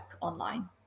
online